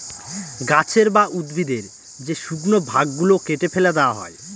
গাছের বা উদ্ভিদের যে শুকনো ভাগ গুলো কেটে ফেলে দেওয়া হয়